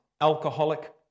alcoholic